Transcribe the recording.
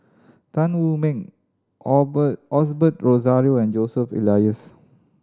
Tan Wu Meng Osbert Rozario and Joseph Elias